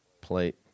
plate